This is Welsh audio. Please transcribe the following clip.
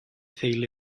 theulu